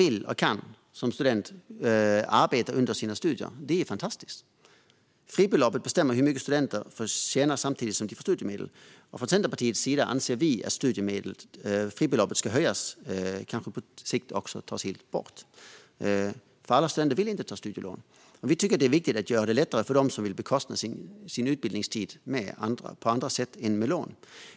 Vill och kan en student arbeta under sina studier är det fantastiskt. Fribeloppet bestämmer hur mycket studenter får tjäna samtidigt som de får studiemedel. Vi anser från Centerpartiets sida att fribeloppet ska höjas och kanske på sikt tas bort. Alla studenter vill inte ta studielån. Vi tycker att det är viktigt att göra det lättare för dem som vill bekosta sin utbildningstid på annat sätt än med lån.